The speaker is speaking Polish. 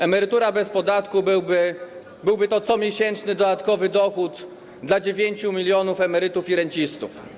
Emerytura bez podatku byłby to comiesięczny dodatkowy dochód dla 9 mln emerytów i rencistów.